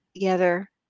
Together